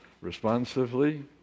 responsively